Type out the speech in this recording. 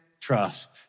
trust